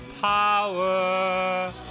power